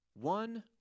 one